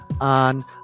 on